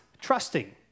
Trusting